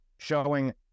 showing